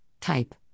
type